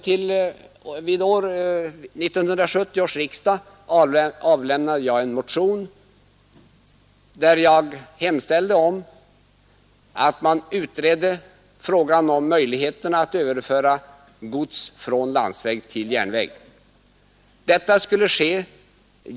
Vid 1970 års riksdag avlämnade jag en motion, där jag hemställde om utredning beträffande möjligheterna att överföra gods från landsväg till järnväg.